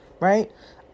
right